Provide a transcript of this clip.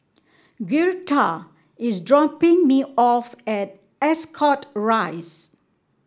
Girtha is dropping me off at Ascot Rise